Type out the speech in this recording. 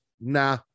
nah